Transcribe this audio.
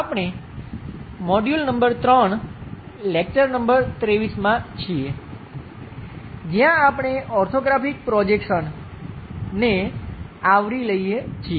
આપણે module number 3 lecture number 23 માં છીએ જ્યાં આપણે ઓર્થોગ્રાફિક પ્રોજેક્શનને આવરી લઈએ છીએ